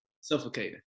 suffocating